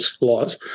Laws